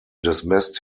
dismissed